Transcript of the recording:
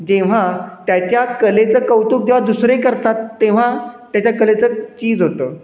जेव्हा त्याच्या कलेचं कौतुक जेव्हा दुसरे करतात तेव्हा त्याच्या कलेचं चीज होतं